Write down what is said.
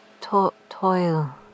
Toil